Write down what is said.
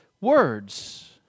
words